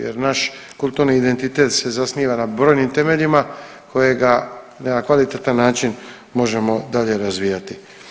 Jer naš kulturni identitet se zasniva na brojnim temeljima kojega na jedan kvalitetan način možemo dalje razvijati.